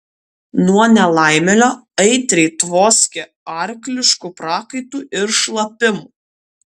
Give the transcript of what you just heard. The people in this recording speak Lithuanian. nuo nelaimėlio aitriai tvoskė arklišku prakaitu ir šlapimu